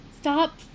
Stop